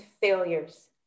failures